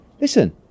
Listen